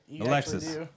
Alexis